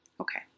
Okay